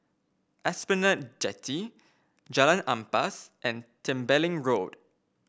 Esplanade Jetty Jalan Ampas and Tembeling Road